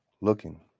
looking